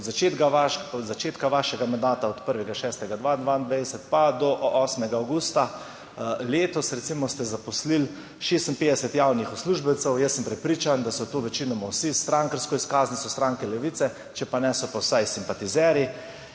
od začetka vašega mandata, od 1.6. 2022 pa do 8. avgusta letos, recimo, ste zaposlili 56 javnih uslužbencev. Jaz sem prepričan, da so to večinoma vsi s strankarsko izkaznico stranke Levice, če pa ne, so pa vsaj simpatizerji.